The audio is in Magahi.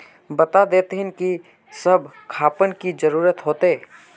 बता देतहिन की सब खापान की जरूरत होते?